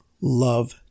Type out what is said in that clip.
love